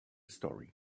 story